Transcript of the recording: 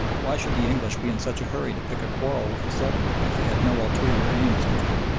why should the english be in such a hurry to pick a quarrel with the sultan if they had no ulterior aims in view?